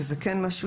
שזה כן משהו